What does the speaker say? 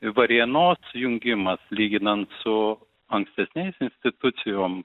varėnos jungimas lyginant su ankstesniais institucijom